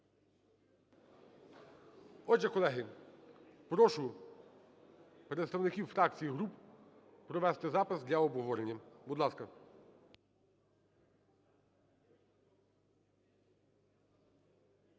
Отже, колеги, прошу представників фракцій і груп провести запис для обговорення, будь ласка.